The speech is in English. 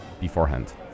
beforehand